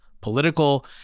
political